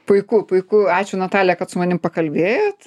puiku puiku ačiū natalija kad su manim pakalbėjot